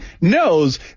knows